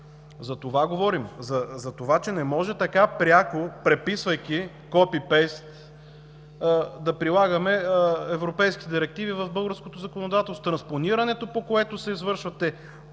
За това говорим – за това, че не може така пряко, преписвайки, copy paste да прилагаме европейски директиви в българското законодателство. Транспонирането, по което се извършват